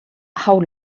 how